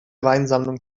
weinsammlung